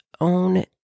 own